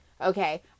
Okay